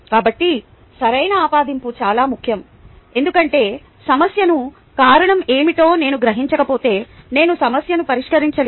కాబట్టి సరైన ఆపాదింపు చాలా ముఖ్యం ఎందుకంటే సమస్యకు కారణం ఏమిటో నేను గ్రహించకపోతే నేను సమస్యను పరిష్కరించలేను